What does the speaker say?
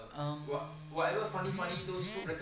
um